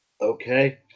Okay